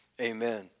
amen